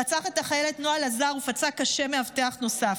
רצח את החיילת נועה לזר ופצע קשה מאבטח נוסף.